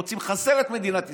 רוצים לחסל את מדינת ישראל,